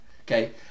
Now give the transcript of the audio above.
Okay